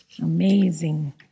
Amazing